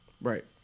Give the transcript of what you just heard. Right